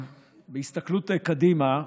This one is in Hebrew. בהסתכלות קדימה,